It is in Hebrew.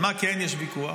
על מה כן יש ויכוח?